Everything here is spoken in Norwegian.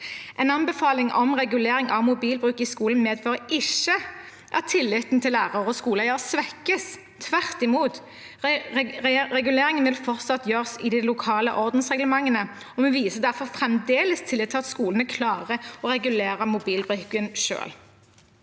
En anbefaling om regulering av mobilbruk i skolen medfører ikke at tilliten til lærer og skoleeier svekkes, tvert imot. Reguleringen vil fortsatt gjøres i de lokale ordensreglementene, og vi viser derfor fremdeles tillit til at skolene klarer å regulere mobilbruken selv.